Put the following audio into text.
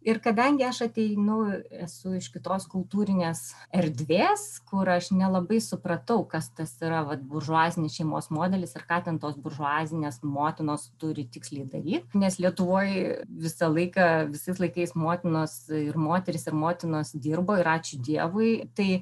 ir kadangi aš ateinu esu iš kitos kultūrinės erdvės kur aš nelabai supratau kas tas yra vat buržuazinis šeimos modelis ir ką ten tos buržuazinės motinos turi tiksliai daryt nes lietuvoj visą laiką visais laikais motinos ir moterys ir motinos dirbo ir ačiū dievui tai